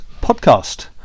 podcast